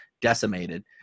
decimated